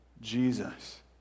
Jesus